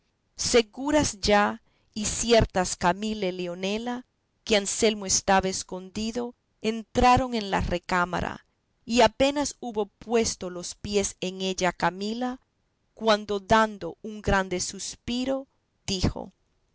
camila seguras ya y ciertas camila y leonela que anselmo estaba escondido entraron en la recámara y apenas hubo puesto los pies en ella camilia cuando dando un grande suspiro dijo